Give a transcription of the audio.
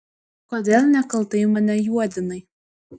kodėl nekaltai mane juodinai